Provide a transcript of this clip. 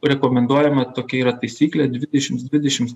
rekomenduojama tokia yra taisyklė dvidešims dvidešims